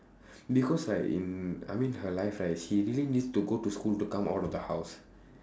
because right in I mean her life right she really needs to go to school to come out of the house